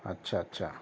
اچھا اچھا